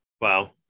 Wow